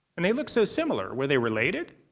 and they looked so similar were they related?